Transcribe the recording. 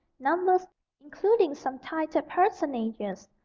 numbers, including some titled personages,